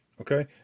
okay